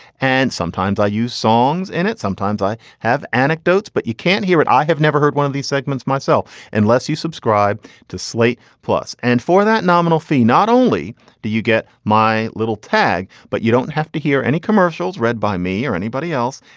and sometimes i use songs in it. sometimes i have anecdotes, but you can't hear it. i have never heard one of these segments myself unless you subscribe to slate plus. and for that nominal fee, not only do you get my little tag, but you don't have to hear any commercials read by me or anybody else.